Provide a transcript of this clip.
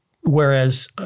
whereas